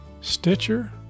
Stitcher